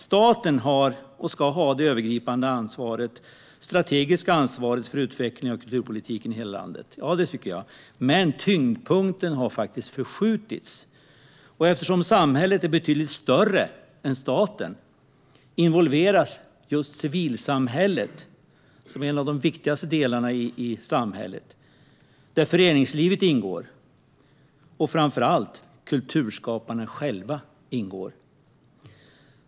Staten har och ska ha det övergripande strategiska ansvaret för utvecklingen av kulturpolitiken i hela landet. Men tyngdpunkten har förskjutits. Eftersom samhället är betydligt större än staten involveras just civilsamhället - en av de viktigaste delarna i samhället - där föreningslivet och framför allt kulturskaparna själva ingår.